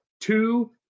two